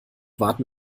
warten